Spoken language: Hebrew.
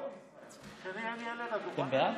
דבר.